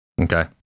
Okay